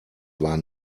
war